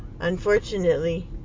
Unfortunately